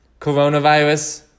coronavirus